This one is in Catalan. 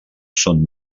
són